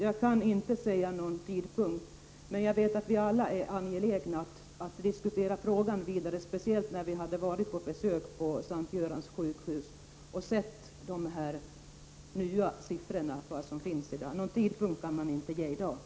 Jag kan inte ange en tidpunkt för när ett förslag från regeringen kan föreligga. Jag är medveten om att alla är angelägna om att få diskutera dessa saker ytterligare — speciellt efter besöket på S:t Görans sjukhus och efter det att vi kunnat studera de nya siffrorna. Någon tidpunkt för när ett förslag kan föreligga kan, som sagt, inte anges i dag.